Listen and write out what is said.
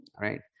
right